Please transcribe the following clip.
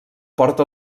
porta